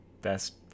best